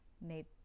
need